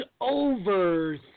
over